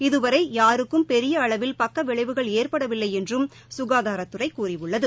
இதுவரை யாருக்கும் பெரியஅளவில் பக்கவிளைவுகள் ஏற்படவில்லை என்றும் ககாதாரத்துறை கூறியுள்ளது